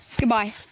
Goodbye